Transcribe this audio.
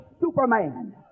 superman